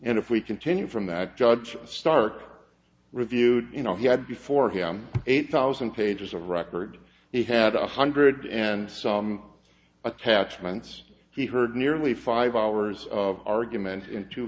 and if we continue from that judge stark reviewed you know he had before him eight thousand pages of record he had a hundred and some attachments he heard nearly five hours of arguments in